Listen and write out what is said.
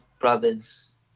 Brothers